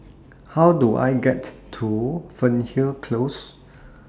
How Do I get to Fernhill Close